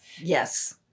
Yes